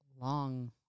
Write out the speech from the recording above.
long